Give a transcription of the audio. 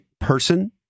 person